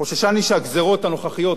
חוששני שהגזירות הנוכחיות,